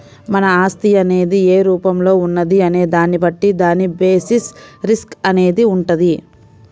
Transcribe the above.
మన ఆస్తి అనేది ఏ రూపంలో ఉన్నది అనే దాన్ని బట్టి దాని బేసిస్ రిస్క్ అనేది వుంటది